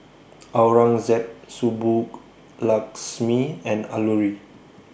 Aurangzeb Subbulakshmi and Alluri